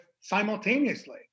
simultaneously